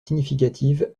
significative